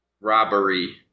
robbery